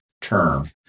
term